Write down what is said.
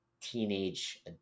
teenage